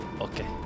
Okay